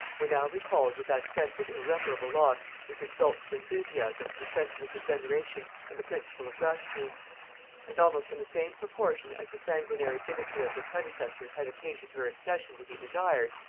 were now recalled with that sense of irreparable loss which exalts to enthusiasm the sentiment of veneration and the principle of gratitude and almost in the same proportion as the sanguinary bigotry of her predecessor had occasioned her accession to be desired,